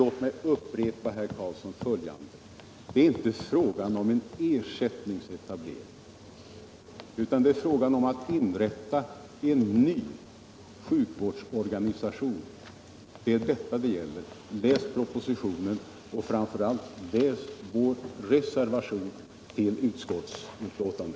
Låt mig upprepa följande, herr Eric Carlsson: Det är inte fråga om en ersättningsetablering utan det är fråga om att inrätta en ny sjukvårdsorganisation. Läs propositionen och — framför allt — läs vår reservation till utskottets betänkande.